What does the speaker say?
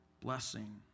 blessing